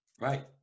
right